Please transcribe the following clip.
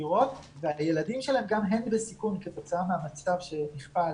וצעירות והילדים שלהן גם הם בסיכון כתוצאה מהמצב שנכפה עליהן.